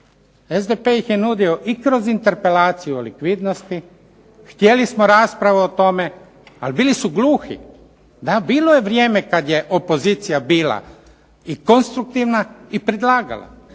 SDP ih je nudio i kroz interpelaciju o likvidnosti, htjeli smo raspravu o tome ali bili su gluhi. Da, bilo je vrijeme kad je opozicija bila i konstruktivna i predlagala.